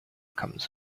comes